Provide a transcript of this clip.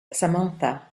samantha